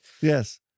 Yes